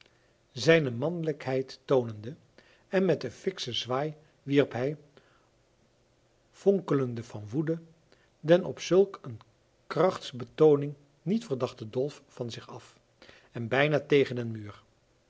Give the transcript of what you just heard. zijne manlijkheid toonende en met een fikschen zwaai wierp hij vonkelende van woede den op zulk een krachtsbetooning niet verdachten dolf van zich af en bijna tegen den muur